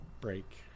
break